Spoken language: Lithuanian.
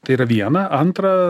tai yra viena antra